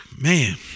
Man